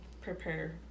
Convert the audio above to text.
prepare